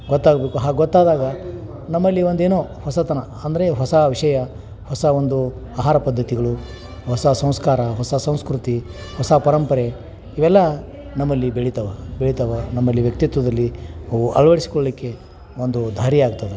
ಗೊತ್ತಾಗಬೇಕು ಹಾಗೆ ಗೊತ್ತಾದಾಗ ನಮ್ಮಲ್ಲಿ ಒಂದು ಏನೋ ಹೊಸತನ ಅಂದರೆ ಹೊಸ ವಿಷಯ ಹೊಸ ಒಂದು ಆಹಾರ ಪದ್ಧತಿಗಳು ಹೊಸ ಸಂಸ್ಕಾರ ಹೊಸ ಸಂಸ್ಕೃತಿ ಹೊಸ ಪರಂಪರೆ ಇವೆಲ್ಲ ನಮ್ಮಲ್ಲಿ ಬೆಳಿತಾವೆ ಬೆಳಿತಾವೆ ನಮ್ಮಲ್ಲಿ ವ್ಯಕ್ತಿತ್ವದಲ್ಲಿ ಅವು ಅಳವಡ್ಸ್ಕೊಳ್ಲಿಕ್ಕೆ ಒಂದು ದಾರಿ ಆಗ್ತದೆ